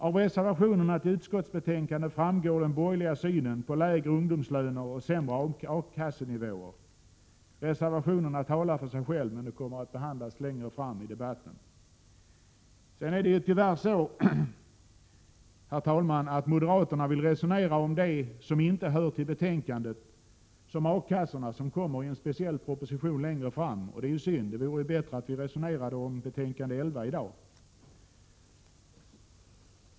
Av reservationerna till utskottsbetänkandet framgår den borgerliga synen på lägre ungdomslöner och sämre A-kassenivåer. Reservationerna talar för sig själva, men de kommer att behandlas längre fram i debatten. Tyvärr vill moderaterna resonera om sådant som inte hör till betänkandet, nämligen A-kassorna som kommer att behandlas i en särskild proposition längre fram, och det är synd. Det vore bättre om vi resonerade om betänkande 11 i dag.